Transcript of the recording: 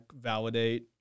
validate